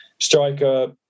striker